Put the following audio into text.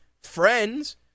friends